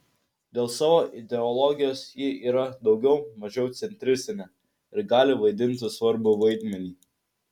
dėl savo ideologijos ji yra daugiau mažiau centristinė ir gali vaidinti svarbų vaidmenį